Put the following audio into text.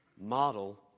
Model